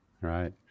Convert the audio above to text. right